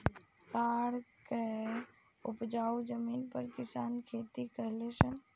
पहाड़ के उपजाऊ जमीन पर किसान खेती करले सन